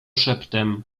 szeptem